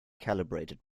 calibrated